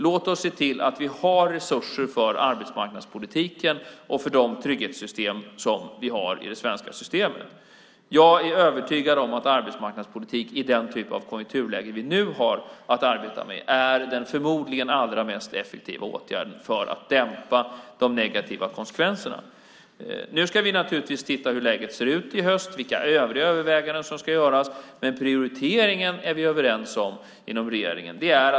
Låt oss se till att vi har resurser för arbetsmarknadspolitiken och för de trygghetssystem som vi har i det svenska systemet! Jag är övertygad om att arbetsmarknadspolitik i den typ av konjunkturläge vi nu har att arbeta med är den förmodligen allra mest effektiva åtgärden för att dämpa de negativa konsekvenserna. Nu ska vi naturligtvis titta på hur läget ser ut i höst och vilka övriga överväganden som ska göras. Men prioriteringen är vi överens om inom regeringen.